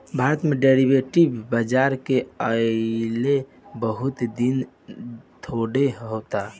भारत में डेरीवेटिव बाजार के अइले बहुत दिन थोड़े होता